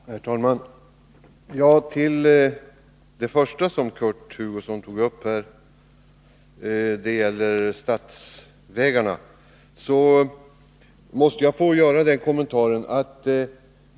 Herr talman! Till det första som Kurt Hugosson tog upp — det gällde statsvägarna — måste jag göra en kommentar.